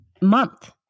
month